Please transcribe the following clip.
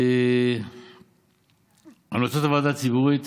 בהתאם להמלצות הוועדה הציבורית